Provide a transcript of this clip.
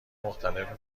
مختلف